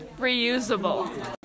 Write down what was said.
Reusable